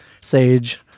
Sage